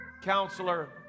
Counselor